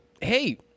Hey